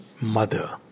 Mother